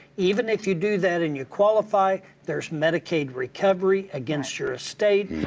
even if you do that and you qualify, there's medicaid recovery against your estate.